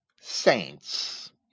saints